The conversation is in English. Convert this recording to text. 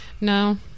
No